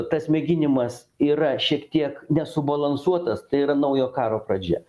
tas mėginimas yra šiek tiek nesubalansuotas tai yra naujo karo pradžia